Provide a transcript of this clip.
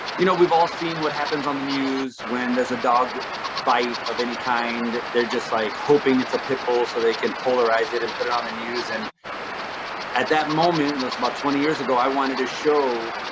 you know, we've all seen what happens on the news when there's a dog bite of any kind. they're just like hoping it's a pitbull so they can polarize it and put it on the news and at that moment, there's about twenty years ago i wanted to show,